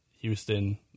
Houston